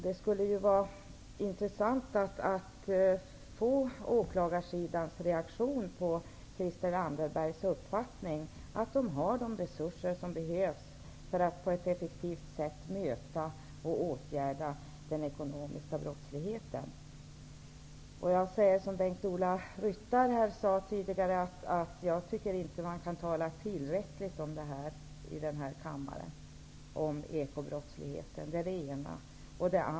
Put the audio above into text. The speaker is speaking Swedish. Det vore intressant att höra åklagarsidans reaktion på Christel Anderbergs påstående att åklagarna har de resurser som de behöver för att på ett effektivt sätt kunna åtgärda den ekonomiska brottsligheten. Jag säger som Bengt-Ola Ryttar sade tidigare. Jag tycker inte att man kan tala tillräckligt i denna kammare om ekobrottsligheten.